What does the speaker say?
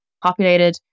populated